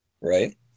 Right